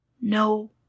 no